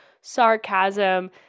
sarcasm